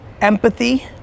empathy